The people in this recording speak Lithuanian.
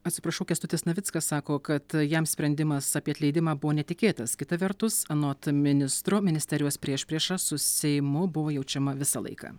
atsiprašau kęstutis navickas sako kad jam sprendimas apie atleidimą buvo netikėtas kita vertus anot ministro ministerijos priešprieša su seimu buvo jaučiama visą laiką